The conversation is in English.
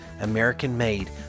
American-made